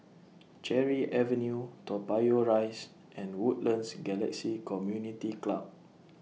Cherry Avenue Toa Payoh Rise and Woodlands Galaxy Community Club